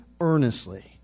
earnestly